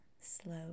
slow